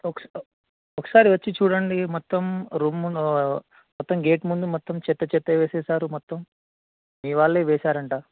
ఒకసా ఒకసారి వచ్చి చూడండి మొత్తం రూమ్ ముందు మొత్తం గేట్ ముందు మొత్తం చెత్త చెత్త వేసేసారు మొత్తం మీ వాళ్ళే వేసారంట